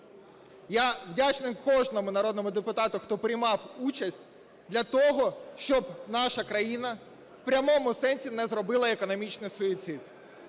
Я вдячний кожному народному депутату, хто приймав участь для того, щоб наша країна в прямому сенсі не зробила економічний суїцид.